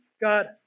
God